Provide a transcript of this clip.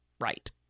right